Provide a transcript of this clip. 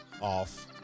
off